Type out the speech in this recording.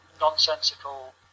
nonsensical